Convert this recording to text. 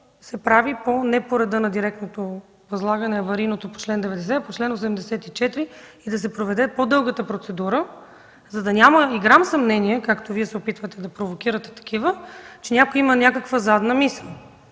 се прави не по реда на директното възлагане, аварийното по чл. 90, а по чл. 84 и да се проведе по-дългата процедура, за да няма и грам съмнения, както Вие се опитвате да провокирате такива, че някой има някаква задна мисъл.